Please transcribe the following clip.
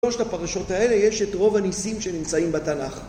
בשלושת הפרשות האלה יש את רוב הניסים שנמצאים בתנ״ך